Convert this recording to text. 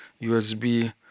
USB